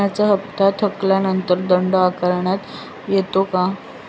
विम्याचा हफ्ता थकल्यानंतर दंड आकारणी होते का?